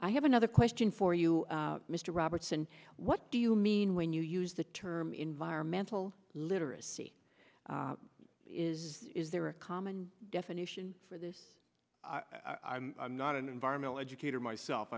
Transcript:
i have another question for you mr robertson what do you mean when you use the term environmental literacy is there a common definition for this i'm not an environmental educator myself